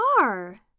are